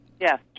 Yes